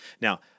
Now